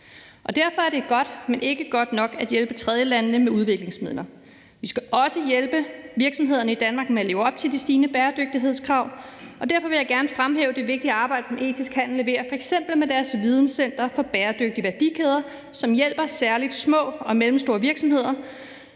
Derfor er det godt, men ikke godt nok at hjælpe tredjelandene med udviklingsmidler. Vi skal også hjælpe virksomhederne i Danmark med at leve op til de stigende bæredygtighedskrav. Derfor vil jeg gerne fremhæve det vigtige arbejde, som Etisk Handel leverer, f.eks. med deres videncenter for bæredygtige værdikæder, som hjælper særlig små og mellemstore virksomheder,